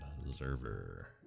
Observer